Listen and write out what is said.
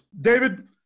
David